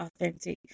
authentic